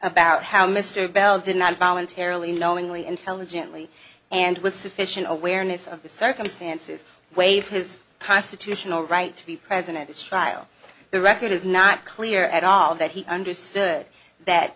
about how mr bell did not voluntarily knowingly intelligently and with sufficient awareness of the circumstances waive his constitutional right to be present at the trial the record is not clear at all that he understood that